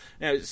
now